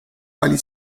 quali